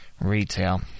Retail